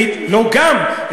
לא גם,